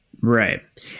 Right